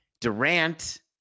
Durant